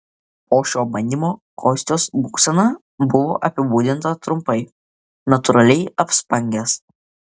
po šio bandymo kostios būsena buvo apibūdinta trumpai natūraliai apspangęs